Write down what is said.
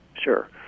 Sure